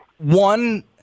one